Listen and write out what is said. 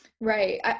Right